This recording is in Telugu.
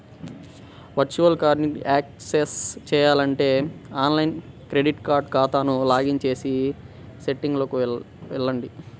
వర్చువల్ కార్డ్ని యాక్సెస్ చేయాలంటే ఆన్లైన్ క్రెడిట్ కార్డ్ ఖాతాకు లాగిన్ చేసి సెట్టింగ్లకు వెళ్లండి